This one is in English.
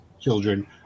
children